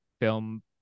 film